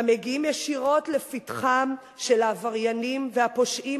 המגיעים ישירות לפתחם של העבריינים והפושעים,